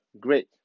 great